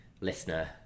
listener